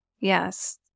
Yes